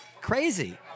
crazy